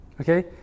Okay